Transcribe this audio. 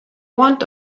want